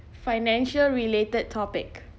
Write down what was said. financial related topic